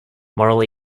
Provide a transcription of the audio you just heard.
moral